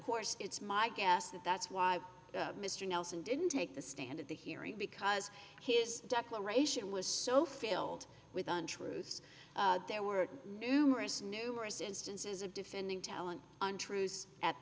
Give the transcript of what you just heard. course it's my guess that that's why mr nelson didn't take the stand at the hearing because his declaration was so filled with untruths there were numerous numerous instances of defending talent untrue at